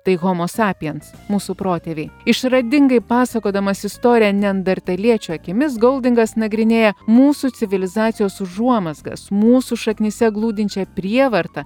tai homo sapiens mūsų protėviai išradingai pasakodamas istoriją neandertaliečių akimis goldingas nagrinėja mūsų civilizacijos užuomazgas mūsų šaknyse glūdinčią prievartą